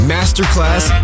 Masterclass